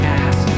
ass